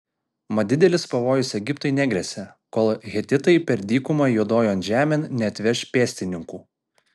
mat didelis pavojus egiptui negresia kol hetitai per dykumą juodojon žemėn neatveš pėstininkų